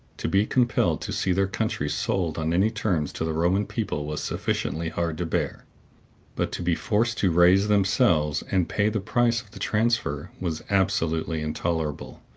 to be compelled to see their country sold on any terms to the roman people was sufficiently hard to bear but to be forced to raise, themselves, and pay the price of the transfer, was absolutely intolerable.